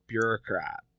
bureaucrat